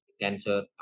cancer